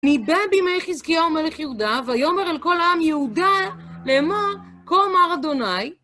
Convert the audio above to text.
ניבא בימי חזקיה ומלך יהודה, ויאמר אל כל העם יהודה לאמור, כה אמר אדוני.